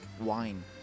wine